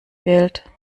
wählt